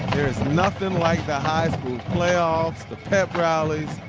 nothing like the high school playoffs, the pep rallies,